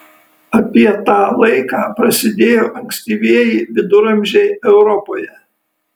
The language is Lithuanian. apie tą laiką prasidėjo ankstyvieji viduramžiai europoje